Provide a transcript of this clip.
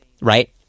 Right